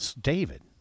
David